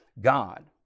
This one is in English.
God